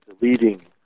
leading